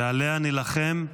ועליה נילחם,